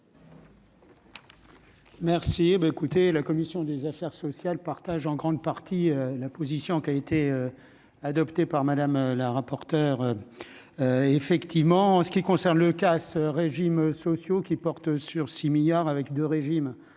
la commission des affaires sociales, partage en grande partie la position qui a été adopté par Madame la rapporteure effectivement en ce qui concerne le casse-régimes sociaux qui porte sur 6 milliards avec de régimes